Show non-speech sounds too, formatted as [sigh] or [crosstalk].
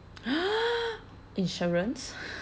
[breath] insurance